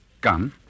Gun